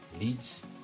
leads